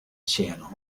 channel